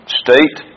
state